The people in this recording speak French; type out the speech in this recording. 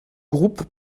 groupes